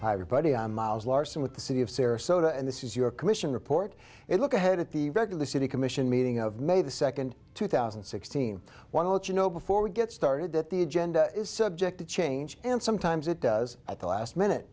everybody i'm miles larsen with the city of sarasota and this is your commission report it look ahead at the regular city commission meeting of may the second two thousand and sixteen want to let you know before we get started that the agenda is subject to change and sometimes it does at the last minute